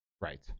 Right